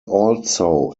also